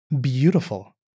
beautiful